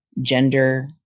gender